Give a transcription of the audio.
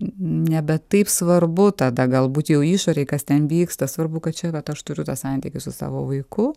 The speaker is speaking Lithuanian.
nebe taip svarbu tada galbūt jau išorėj kas ten vyksta svarbu kad čia vat aš turiu tą santykį su savo vaiku